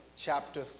chapter